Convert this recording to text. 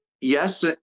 yes